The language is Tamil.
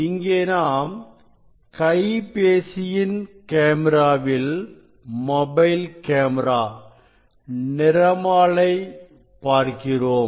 இங்கே நாம் கைபேசியின் கேமிராவில் நிறமாலை பார்க்கிறோம்